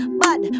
bad